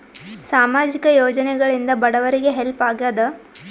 ಸಾಮಾಜಿಕ ಯೋಜನೆಗಳಿಂದ ಬಡವರಿಗೆ ಹೆಲ್ಪ್ ಆಗ್ಯಾದ?